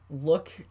look